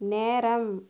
நேரம்